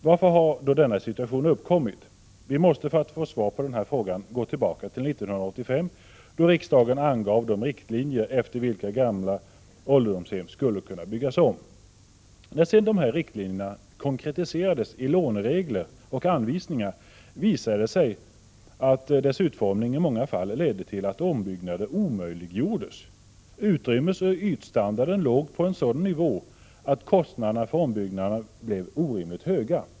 Varför har då denna situation uppkommit? Vi måste för att få svar på denna fråga gå tillbaka till 1985, då riksdagen angav de riktlinjer efter vilka gamla ålderdomshem skulle kunna byggas om. När dessa riktlinjer sedan konkretiserades i låneregler och anvisningar visade det sig att riktlinjernas utformning i många fall ledde till att ombyggnader omöjliggjordes. Utrymmesoch ytstandarden låg på en sådan nivå att kostnaderna för ombyggnaderna blev orimligt höga.